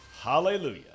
Hallelujah